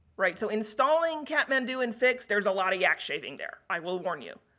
right? so, installing katmandu in fixed, there's a lot of yak shaving there, i will warn you.